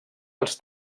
els